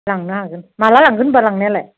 लांनो हागोन माब्ला लांगोन होनबा लांनायालाय